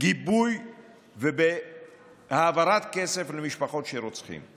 בגיבוי ובהעברת כסף למשפחות של רוצחים.